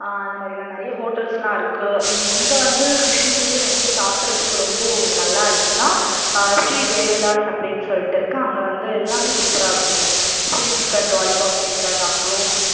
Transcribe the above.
அந்த மாதிரிலாம் நிறைய ஹோட்டல்ஸ்லாம் இருக்கு இங்கே வந்து கிருஷ்ணகிரில எங்கள் சாப்புடுறதுக்கு ரொம்ப நல்லா இருக்குதுன்னா ஸ்ரீ ஜெயவிலாஸ் அப்படின்னு சொல்லிட்டு இருக்குது அங்கே வந்து எல்லாமே சூப்பராக இருக்கும் ச்சில்லி சிக்கன் லாலிபாப் சிக்கன் அப்புறம்